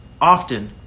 often